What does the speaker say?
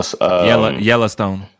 Yellowstone